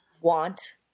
want